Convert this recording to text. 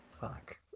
Fuck